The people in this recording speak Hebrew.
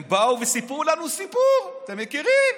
הם באו וסיפרו לנו סיפור, אתם מכירים.